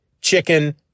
chicken